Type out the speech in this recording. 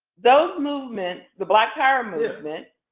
those movements, the black power movement,